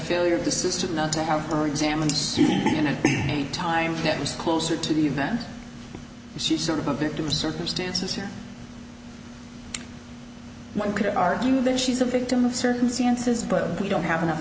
failure of the system not to help her examine the time that was closer to the event she's sort of a victim of circumstances here one could argue that she's a victim of circumstances but we don't have enough